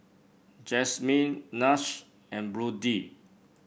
Jasmine Nash and Brody